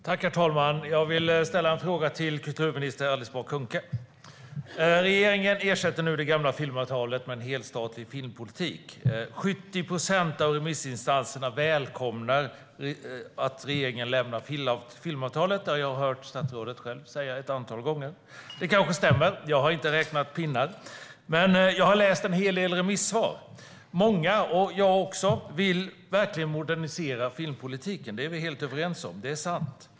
Herr talman! Jag vill ställa en fråga till kulturminister Alice Bah Kuhnke. Regeringen ersätter nu det gamla filmavtalet med en helstatlig filmpolitik. Av remissinstanserna välkomnar 70 procent att regeringen lämnar filmavtalet. Jag har hört statsrådet själv säga det ett antal gånger. Det kanske stämmer. Jag har inte räknat pinnar, men jag har läst en hel del remissvar. Många och också jag vill verkligen modernisera filmpolitiken. Det är vi helt överens om. Det är sant.